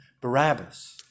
Barabbas